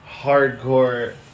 Hardcore